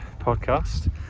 podcast